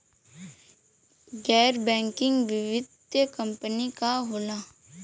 गैर बैकिंग वित्तीय कंपनी का होला?